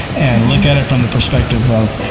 and look at it from the perspective of,